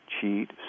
cheat